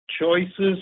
choices